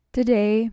Today